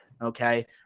okay